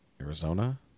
arizona